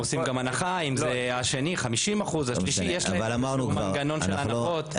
הם גם עושים הנחה, השני 50% יש להם מנגנון הנחות.